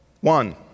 One